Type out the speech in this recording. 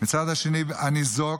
מצד שני הניזוק,